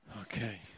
Okay